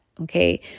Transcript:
okay